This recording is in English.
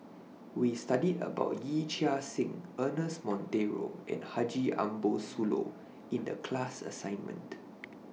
We studied about Yee Chia Hsing Ernest Monteiro and Haji Ambo Sooloh in The class assignment